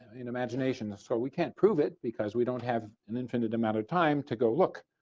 and imagination so we can't prove it because we don't have an infinite amount of time to go look.